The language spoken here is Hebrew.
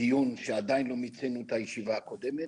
דיון שעדיין לא מיצינו את הישיבה הקודמת,